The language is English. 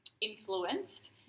influenced